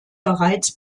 bereits